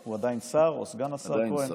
הוא עדיין שר או סגן השר, כהן, עדיין שר.